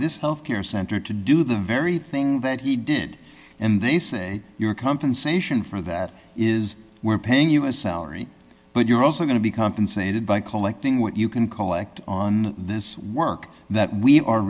this health care center to do the very thing that he did and they say your compensation for that is we're paying you a salary but you're also going to be compensated by collecting what you can call act on this work that we are